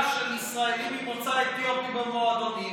של ישראלים ממוצא אתיופי במועדונים,